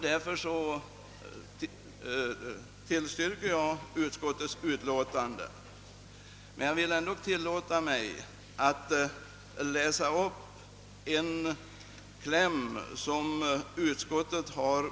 Därför yrkar jag bifall till utskottets hemställan på denna punkt. Jag tillåter mig att läsa upp ett stycke ur utskottsutlåtandet.